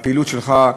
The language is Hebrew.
בפעילות שלך,